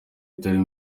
itari